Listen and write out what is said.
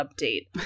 update